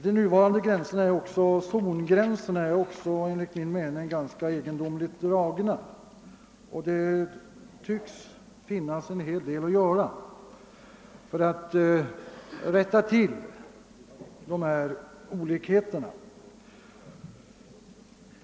De nuvarande zongränserna är enligt min mening ganska egendomligt dragna. Det tycks finnas en hel del att göra för att rätta till dessa olikheter.